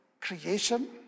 creation